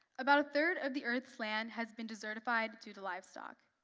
about a third of the earth's land has been desertified due to livestock.